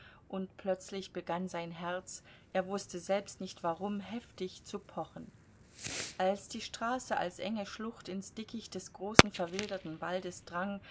und plötzlich begann sein herz er wußte selbst nicht warum heftig zu pochen als die straße als enge schlucht ins dickicht des großen verwilderten waldes drang